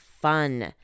fun